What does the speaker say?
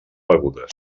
begudes